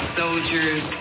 soldiers